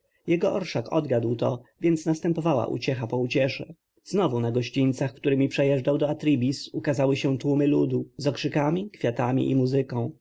orszak odgadł to więc następowała uciecha po uciesze znowu na gościńcach któremi przejeżdżał do atribis ukazały się tłumy ludu z okrzykami kwiatami i muzyką